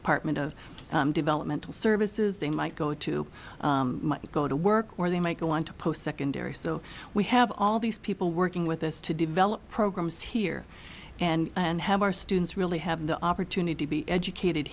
department of developmental services they might go to go to work or they might go on to postsecondary so we have all these people working with us to develop programs here and have our students really have the opportunity to be educated